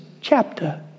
chapter